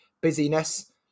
busyness